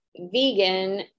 vegan